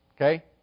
okay